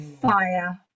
fire